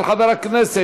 של חבר הכנסת